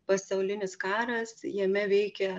pasaulinis karas jame veikia